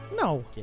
No